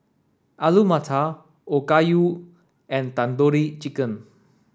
Alu Matar Okayu and Tandoori Chicken